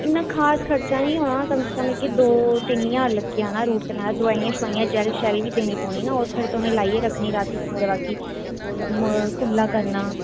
इन्ना खास खर्चा नेईं होना कम स कम कि दो तिन ज्हार लग्गी जाना रुट कनाल दवाइयां सवाइयां जैल शैल बी देनी पौनी ना ओह् तुहें लाइयै रक्खनी रातीं सोंदे मौकी कुल्ला करना